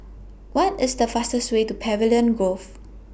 What IS The fastest Way to Pavilion Grove